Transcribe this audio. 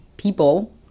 people